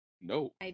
No